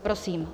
Prosím.